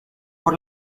por